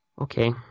Okay